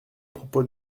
propos